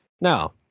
Now